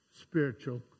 spiritual